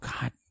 God